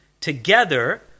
together